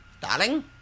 Darling